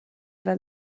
fel